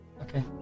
Okay